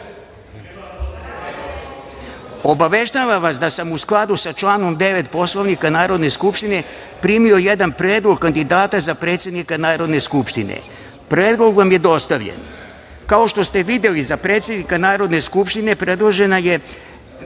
reč.)Obaveštavam vas da sam u skladu sa članom 9. Poslovnika Narodne skupštine primio jedan predlog kandidata za predsednika Narodne skupštine. Predlog vam je dostavljen. Kao što ste videli, za predsednika Narodne skupštine predložena je